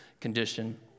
condition